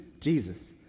Jesus